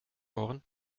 ohren